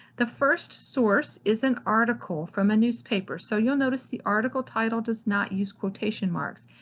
the first source is an article from a newspaper, so you'll notice the article title does not use quotation marks.